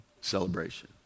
celebration